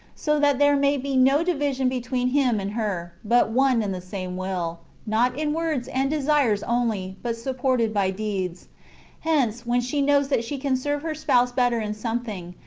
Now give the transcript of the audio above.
so that there may be no division between him and her, but one and the same will, not in words and desires only, but supported by deeds hence, when she knows that she can serve her spouse better in something,